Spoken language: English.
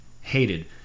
hated